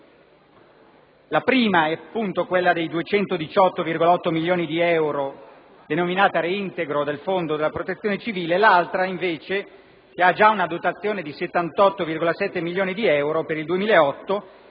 la prima è di 218,8 milioni di euro destinata a reintegro del fondo della protezione civile; l'altra, che ha già una dotazione di 78,7 milioni di euro per il 2008,